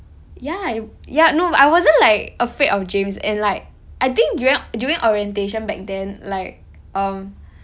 ya I ya no like I wasn't like afraid of james and like I think during during orientation back then like um